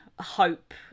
hope